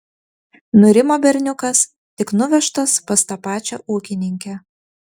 nurimo berniukas tik nuvežtas pas tą pačią ūkininkę